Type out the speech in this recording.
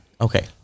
Okay